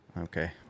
Okay